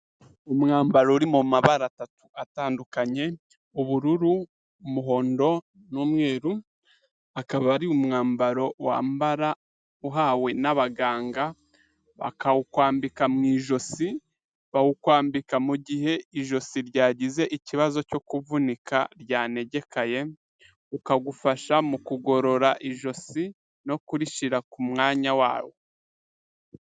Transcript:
Umwambaro uri mu mabara atatu atandukanye, ubururu, umuhondo, n'umweru, akaba ari umwambaro wambara uhawe n'abaganga, bakawukwambika mu ijosi bawukwambika mu gihe ijosi ryagize ikibazo cyo kuvunika ryangekaye, ukagufasha mu kugorora ijosi, no kurishyira ku mwanya wawo.